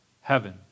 heaven